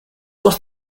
was